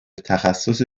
تخصص